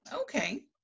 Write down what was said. Okay